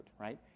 right